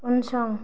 उनसं